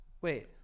Wait